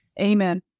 Amen